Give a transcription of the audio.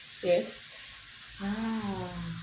yes ah